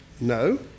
No